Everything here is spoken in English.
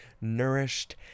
nourished